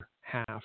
half